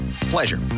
Pleasure